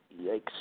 Yikes